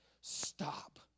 Stop